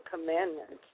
commandments